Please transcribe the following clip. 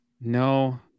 No